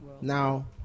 now